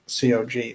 COG